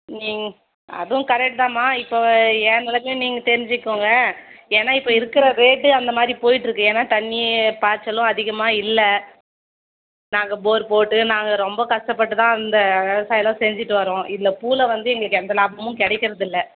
நீங் அதுவும் கரெட் தாம்மா இப்போ என் நெலைமையும் நீங்கள் தெரிஞ்சுக்கோங்க ஏன்னால் இப்போ இருக்கிற ரேட்டு அந்த மாதிரி போய்ட்டு இருக்குது ஏன்னால் தண்ணி பாய்ச்சலும் அதிகமாக இல்லை நாங்கள் போர் போட்டு நாங்கள் ரொம்ப கஷ்டப்பட்டு தான் அந்த செயலும் செஞ்சிகிட்டு வர்றோம் இதில் பூவில் வந்து எங்களுக்கு எந்த லாபமும் கிடைக்கறது இல்லை